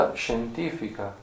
scientifica